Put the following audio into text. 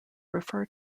refer